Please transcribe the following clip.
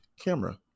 camera